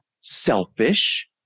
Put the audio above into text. selfish